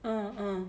mm mm